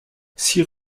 six